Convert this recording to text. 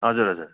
हजुर हजुर